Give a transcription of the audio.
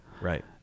right